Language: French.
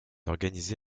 organisé